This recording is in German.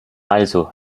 also